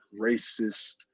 racist